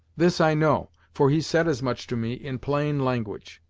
this i know, for he said as much to me, in plain language.